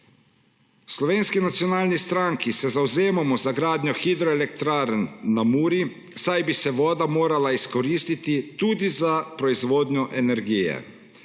V Slovenski nacionalni stranki se zavzemamo za gradnjo hidroelektrarn na Muri, saj bi se voda morala izkoristiti tudi za proizvodnjo energije.